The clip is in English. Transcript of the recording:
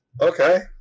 Okay